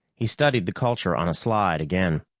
he studied the culture on a slide again.